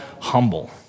humble